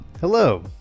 Hello